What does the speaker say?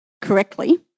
correctly